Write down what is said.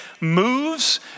moves